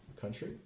country